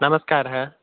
नमस्कारः